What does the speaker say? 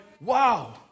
Wow